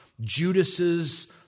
Judas's